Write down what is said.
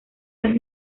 las